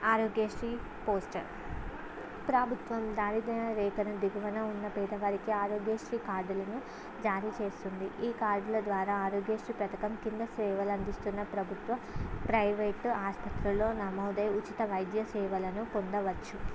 Aarogyasri poster ప్రభుత్వం దారిద్య రేఖనుండి దిగువన ఉన్న పేదవాళ్ళకి ఆరోగ్యశ్రీ కార్డులను జారీ చేస్తుంది ఈ కార్డుల ద్వారా ఆరోగ్య శ్రీ పథకం కింద సేవలందిస్తున్న ప్రభుత్వ ప్రైవేటు ఆస్పత్రిల్లో నమోదై ఉచిత వైద్య సేవలను పొందవచ్చు